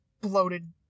bloated